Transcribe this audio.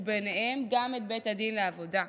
וביניהם גם את בית הדין לעבודה.